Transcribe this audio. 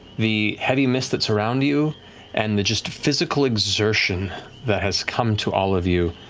the heavy mist that's around you and the just physical exertion that has come to all of you,